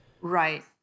Right